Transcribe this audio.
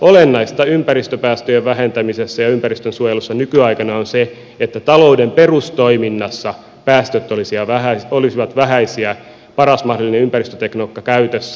olennaista ympäristöpäästöjen vähentämisessä ja ympäristönsuojelussa nykyaikana on se että talouden perustoiminnassa päästöt olisivat vähäisiä paras mahdollinen ympäristötekniikka olisi käytössä